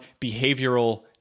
behavioral